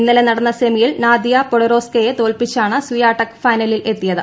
ഇന്നലെ നടന്ന സെമിയിൽ നാദിയ പോഡോസ്കയെ തോൽപ്പിച്ചാണ് സ്വിയടെക് ഫൈനലിൽ എത്തിയത്